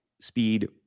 speed